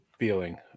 feeling